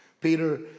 Peter